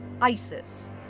ISIS